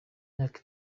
myaka